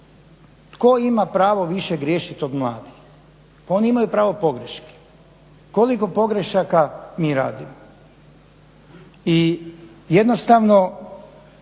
Tko ima pravo više griješiti od mladih? Oni imaju pravo pogreški. Koliko pogrešaka mi radimo? I jednostavno